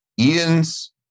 Ian's